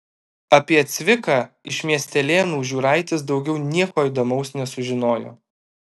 apie cviką iš miestelėnų žiūraitis daugiau nieko įdomaus nesužinojo